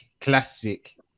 classic